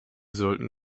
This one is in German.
sollten